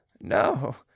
no